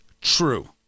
true